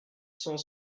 cent